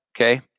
Okay